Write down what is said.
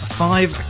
five